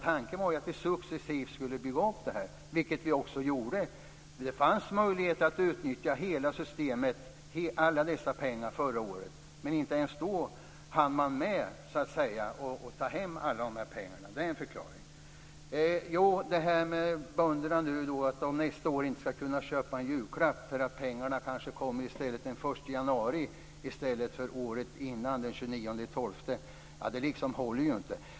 Tanken var att vi successivt skulle bygga upp det här, något som vi också gjorde. Det fanns möjlighet att utnyttja hela systemet, alla dessa pengar, förra året. Men inte ens då hann man så att säga med att ta hem alla pengar. Det är en förklaring. Så till det här att bönderna nästa år inte skulle kunna köpa en julklapp för att pengarna kanske kommer den 1 januari i stället för året innan, den 29 december. Det håller liksom inte.